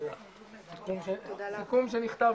הישיבה ננעלה